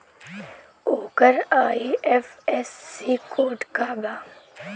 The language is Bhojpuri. ओकर आई.एफ.एस.सी कोड का बा?